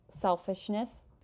selfishness